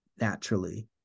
naturally